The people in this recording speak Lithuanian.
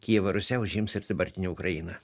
kijevo rusia užims ir dabartinė ukraina